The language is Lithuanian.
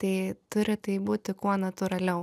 tai turi tai būti kuo natūraliau